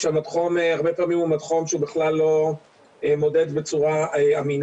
כשמד החום הרבה פעמים הוא מד חום שבכלל לא מודד בצורה אמינה.